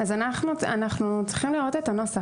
אז אנחנו צריכים לראות את הנוסח.